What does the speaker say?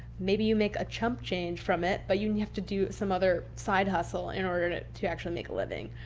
maybe you make a chump change from it. but you and didn't have to do some other side hustle in order to to actually make a living.